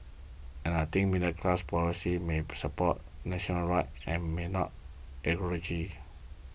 and I think middle class politics may support national and may not